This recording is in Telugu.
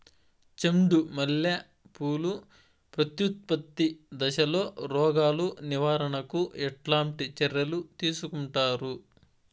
చెండు మల్లె పూలు ప్రత్యుత్పత్తి దశలో రోగాలు నివారణకు ఎట్లాంటి చర్యలు తీసుకుంటారు?